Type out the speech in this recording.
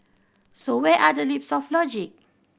so where are the leaps of logic